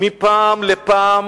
מפעם לפעם